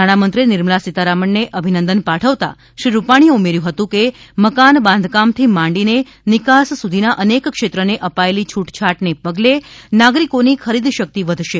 નાણામંત્રી નિર્મળા સીતારમણને અભિનંદન પાઠવતા શ્રી રૂપાણીએ ઉમેર્યું હતું કે મકાન બાંધકામથી માંડીને નિકાસ સુધીના અનેક ક્ષેત્રને અપાયેલી છૂટછાટને પગલે નાગરિકોની ખરીદશક્તિ વધશે